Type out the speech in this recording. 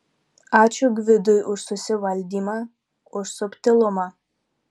ačiū gvidui už susivaldymą už subtilumą